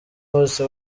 bose